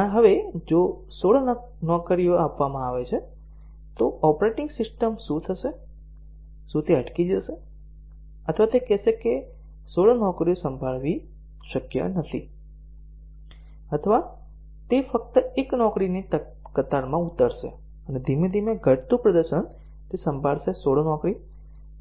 અને હવે જો 16 નોકરીઓ આપવામાં આવે છે તો ઓપરેટિંગ સિસ્ટમનું શું થશે શું તે અટકી જશે અથવા તે કહેશે કે 16 નોકરીઓ સંભાળવી શક્ય નથી અથવા તે ફક્ત 1 નોકરીની કતારમાં ઉતરશે અને ધીમે ધીમે ઘટતું પ્રદર્શન તે સંભાળશે 16 નોકરી